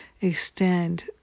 extend